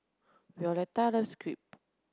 Violetta loves Crepe